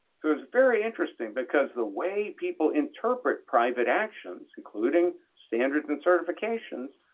so it's very interesting because the way people interpret private actions, including standards and certifications,